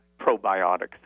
probiotics